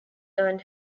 earned